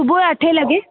सुबूह जो अठे लॻे